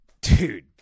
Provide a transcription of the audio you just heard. Dude